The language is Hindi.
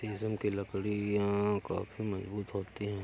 शीशम की लकड़ियाँ काफी मजबूत होती हैं